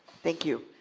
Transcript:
thank you,